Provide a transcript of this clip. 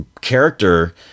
character